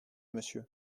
monsieur